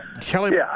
Kelly